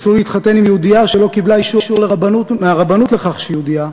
אסור לי להתחתן עם יהודייה שלא קיבלה אישור מהרבנות לכך שהיא יהודייה,